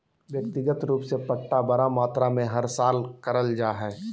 व्यक्तिगत रूप से पट्टा बड़ मात्रा मे हर साल करल जा हय